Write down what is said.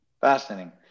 Fascinating